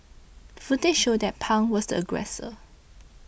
footage showed that Pang was the aggressor